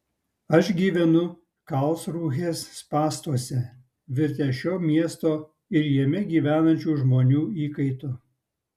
aš gyvenu karlsrūhės spąstuose virtęs šio miesto ir jame gyvenančių žmonių įkaitu